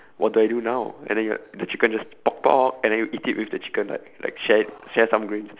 what do I do now and then you're the chicken just pop out and then you eat it with the chicken like like share it share some grains